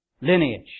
lineage